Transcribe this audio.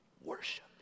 worship